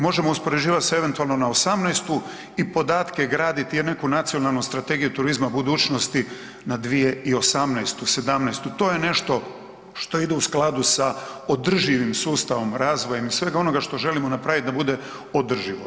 Možemo se uspoređivat eventualno na 2018. i podatke graditi i neku nacionalnu strategiju turizma budućnosti na 2018., 2017. to je nešto što ide u skladu sa održivim sustavom razvojem i svega onoga što želimo napraviti da bude održivo.